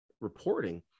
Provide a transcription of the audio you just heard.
reporting